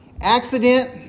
accident